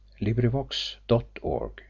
LibriVox.org